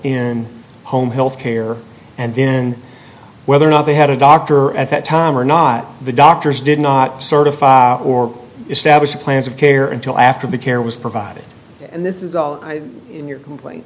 in home health care and then whether or not they had a doctor at that time or not the doctors did not certify or established plans of care until after the care was provided and this is all in your complain